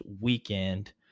weekend